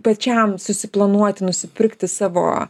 pačiam susiplanuoti nusipirkti savo